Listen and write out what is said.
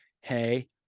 hey